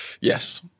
Yes